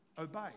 obey